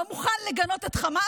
הוא לא מוכן לגנות את חמאס,